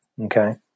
Okay